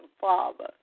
Father